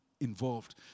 involved